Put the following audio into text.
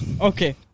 Okay